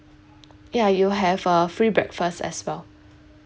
ya you have a free breakfast as well